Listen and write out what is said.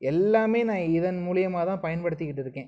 எல்லாமே நான் இதன் மூலிமா தான் பயன்படுத்திக்கிட்டு இருக்கேன்